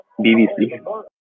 BBC